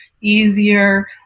easier